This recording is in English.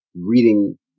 reading